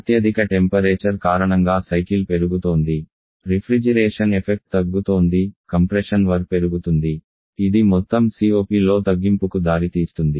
అత్యధిక టెంపరేచర్ కారణంగా సైకిల్ పెరుగుతోంది రిఫ్రిజిరేషన్ ఎఫెక్ట్ తగ్గుతోంది కంప్రెషన్ వర్క్ పెరుగుతుంది ఇది మొత్తం COP లో తగ్గింపుకు దారితీస్తుంది